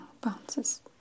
Bounces